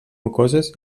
mucoses